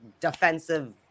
defensive